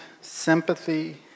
sympathy